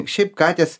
šiaip katės